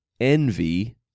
envy